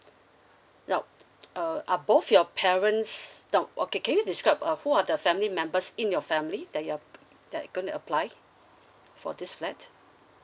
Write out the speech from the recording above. now uh are both your parents no okay can you describe uh who are the family members in your family that you are that gonna apply for this flat